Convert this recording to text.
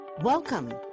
Welcome